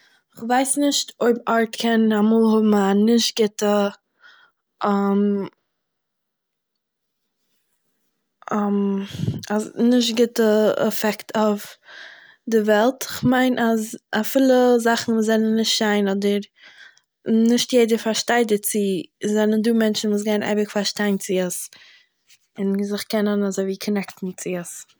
איך ווייס נישט אויב ארט קען אמאל האבן א נישט גוטע נישט גוטע עפעקט אויף די וועלט, כ'מיין אז אפילו זאכן וואס זענען נישט שיין אדער, נישט יעדער פארשטייט דערצו, זענען דא מענטשן וואס גייען אייביג פארשטיין צו עס, און זיך קענען אזויווי קאנעקטן צו עס